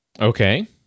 Okay